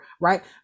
Right